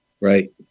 Right